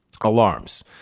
alarms